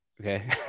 okay